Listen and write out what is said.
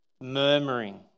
murmuring